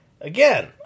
Again